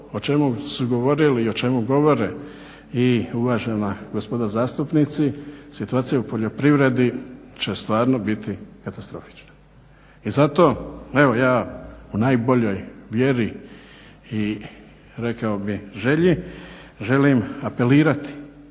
o čemu su govorili i o čemu govore i uvažena gospoda zastupnici, situacija u poljoprivredi će stvarno biti katastrofična. I zato evo ja u najboljoj vjeri i rekao bih želji želim apelirati